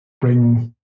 bring